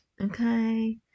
okay